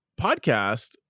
podcast